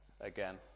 again